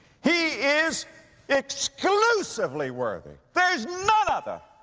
he is exclusively worthy! there's none other!